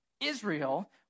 Israel